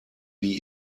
wie